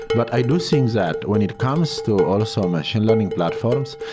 but i do think that when it comes to also machine learning platforms,